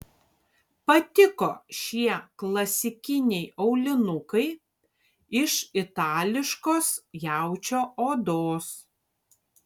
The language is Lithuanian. patiko šie klasikiniai aulinukai iš itališkos jaučio odos